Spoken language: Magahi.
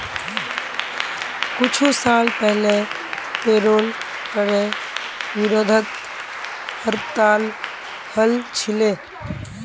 कुछू साल पहले पेरोल करे विरोधत हड़ताल हल छिले